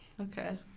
Okay